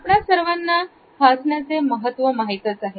आपणा सर्वांना हसण्याचे महत्त्व माहित आहे